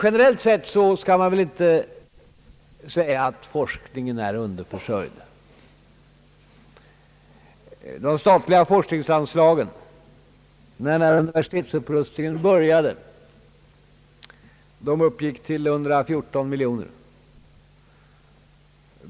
Generellt skall det väl inte sägas att forskningen är underförsörjd. När universitetsupprustningen började uppgick de statliga forskningsanslagen till 114 miljoner kronor.